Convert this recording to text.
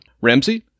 Ramsey